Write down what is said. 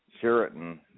Sheraton